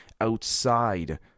outside